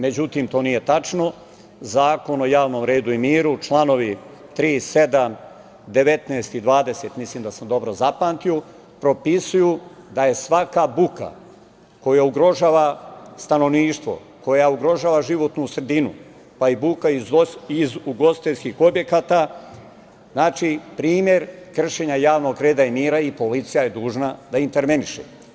Međutim, to nije tačno, Zakon o javnom redu i miru, članovi 3, 7, 19. i 20, mislim da sam dobro zapamtio, propisuju da je svaka buka koja ugrožava stanovništvo, koja ugrožava životnu sredinu, pa i buka iz ugostiteljskih objekata, primer kršenja javnog reda i mira i policija je dužna da interveniše.